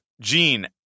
Gene